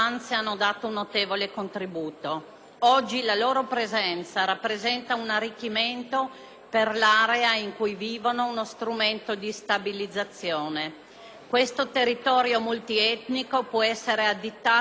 Questo territorio multietnico puoessere additato come laboratorio ed esempio di pacifica convivenza ai Paesi in cui l’appartenenza etnica rischia ancora sempre di provocare conflitti.